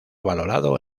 valorado